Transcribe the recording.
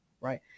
Right